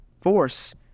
force